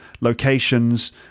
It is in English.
locations